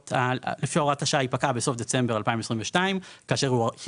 לפי הוראת השעה יפקע בסוף דצמבר 2022 כאשר היא